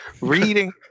Reading